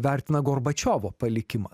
vertina gorbačiovo palikimą